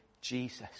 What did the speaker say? Jesus